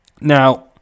Now